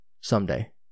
someday